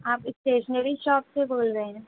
آپ stationery shop سے بول رہے ہیں